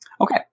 Okay